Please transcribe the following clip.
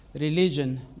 Religion